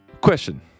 question